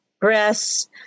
breasts